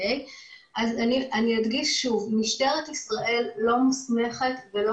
אני אדגיש שוב: משטרת ישראל לא מוסמכת ולא